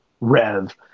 rev